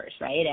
right